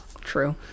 True